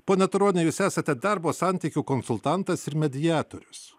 pone turoni jūs esate darbo santykių konsultantas ir mediatorius